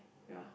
yeah